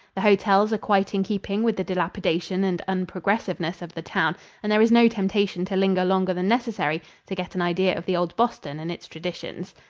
the hotels are quite in keeping with the dilapidation and unprogressiveness of the town and there is no temptation to linger longer than necessary to get an idea of the old boston and its traditions.